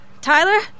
Tyler